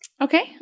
Okay